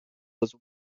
was